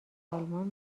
آلمان